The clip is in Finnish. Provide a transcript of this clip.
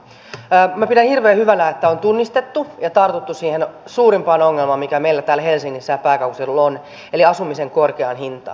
minä pidän hirveän hyvänä että on tunnistettu ja tartuttu siihen suurimpaan ongelmaan mikä meillä täällä helsingissä ja pääkaupunkiseudulla on eli asumisen korkeaan hintaan